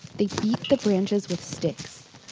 the the branches with sticks,